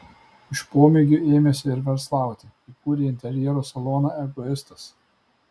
iš pomėgių ėmėsi ir verslauti įkūrė interjero saloną egoistas